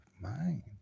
mind